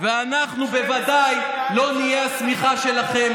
ואנחנו בוודאי לא נהיה השמיכה שלכם